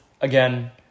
again